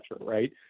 right